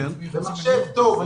ואני מדבר על מחשב טוב,